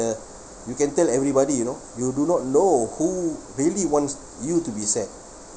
uh you can tell everybody you know you do not know who really wants you to be sad